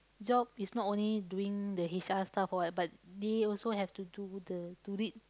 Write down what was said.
job is not only doing the H_R stuff [what] but they also have to do the to read